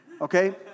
okay